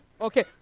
okay